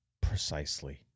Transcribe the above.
precisely